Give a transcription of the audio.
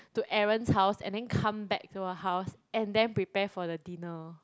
to Aaron's house and then come back to her house and then prepare for the dinner